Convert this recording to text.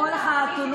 לא בקרב כולם.